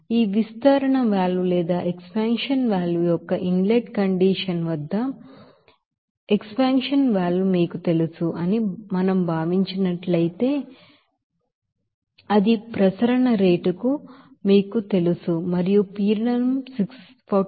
ఈ విస్తరణ వాల్వ్ యొక్క ఇన్ లెట్ కండిషన్ వద్ద విస్తరణ వాల్వ్ మీకు తెలుసు అని మనం భావించినట్లయితే అది ప్రసరణ రేటు ను మీకు తెలుసు మరియు పీడనం 643